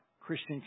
Christian